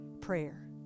prayer